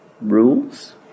rules